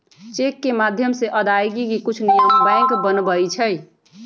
cheque के माध्यम से अदायगी के कुछ नियम बैंक बनबई छई